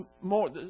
more